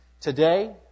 Today